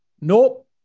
Nope